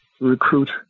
recruit